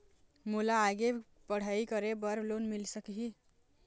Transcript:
मोला आगे पढ़ई करे बर लोन मिल सकही?